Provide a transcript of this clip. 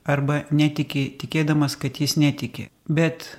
arba netiki tikėdamas kad jis netiki bet